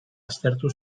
aztertu